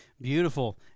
Beautiful